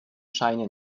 scheine